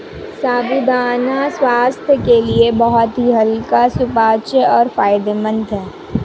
साबूदाना स्वास्थ्य के लिए बहुत ही हल्का सुपाच्य और फायदेमंद होता है